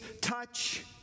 touch